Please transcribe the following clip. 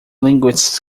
linguists